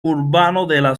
urbano